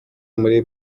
muri